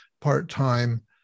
part-time